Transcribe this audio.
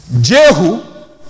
Jehu